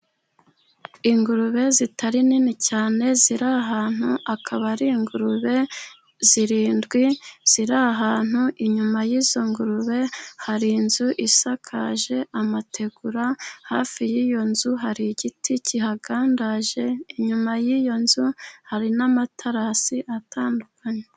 Ingurube zitari nini cyane, ziri ahantu akaba ari ingurube zirindwi ziri ahantu, inyuma y'izo ngurube hari inzu isakaje amategura, hafi y'iyo nzu hari igiti kihagandaje, inyuma y'iyo nzu hari n'amaterasi atandukanye.